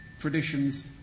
traditions